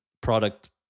product